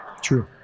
true